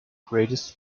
greatest